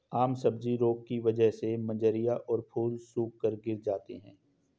आम सब्जी रोग की वजह से मंजरियां और फूल सूखकर गिर जाते हैं